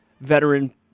veteran